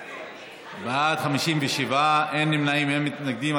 בעד, 57, אין נמנעים, אין מתנגדים.